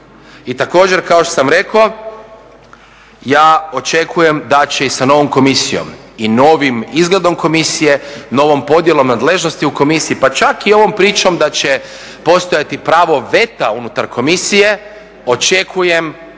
I također kao što sam reko ja očekujem da će i sa novom komisijom i sa novim izgledom komisije, novom podjelom nadležnosti u komisiji pa čak i ovom pričom da će postojati pravo veta unutar komisije očekujem